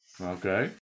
okay